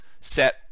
set